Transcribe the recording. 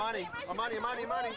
money money money money